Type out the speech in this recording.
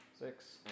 Six